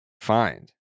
find